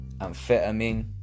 amphetamine